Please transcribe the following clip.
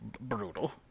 brutal